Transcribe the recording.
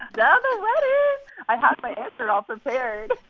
duh, the wedding i have my answer all prepared.